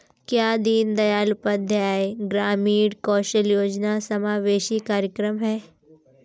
क्या दीनदयाल उपाध्याय ग्रामीण कौशल योजना समावेशी कार्यक्रम है?